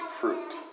fruit